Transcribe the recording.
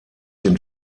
den